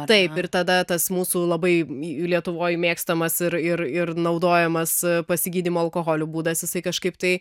taip ir tada tas mūsų labai lietuvoje mėgstamas ir ir ir naudojamas pasigydymo alkoholiu būdas jisai kažkaip tai